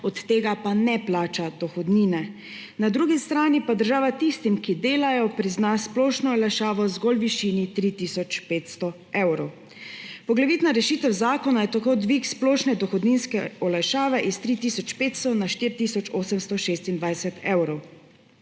od tega pa ne plača dohodnine. Na drugi strani pa država tistim, ki delajo, prizna splošno olajšavo zgolj v višini 3 tisoč 500 evrov. Poglavitna rešitev zakona je tako dvig splošne dohodninske olajšave s 3 tisoč 500 na 4 tisoč 826 evrov.